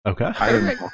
Okay